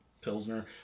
Pilsner